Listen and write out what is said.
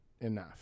enough